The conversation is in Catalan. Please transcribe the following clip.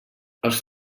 els